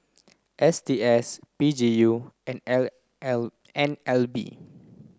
S T S P G U and L L N L B